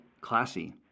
classy